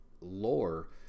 lore